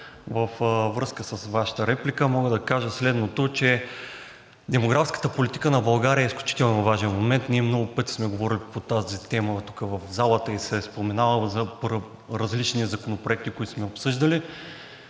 във връзка с Вашата реплика мога да кажа, че демографската политика на България е изключително важен момент. Ние много пъти сме говорили по тази тема в залата и се е споменавало за различни законопроекти, които сме обсъждали.